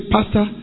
Pastor